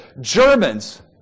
Germans